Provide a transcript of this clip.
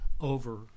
over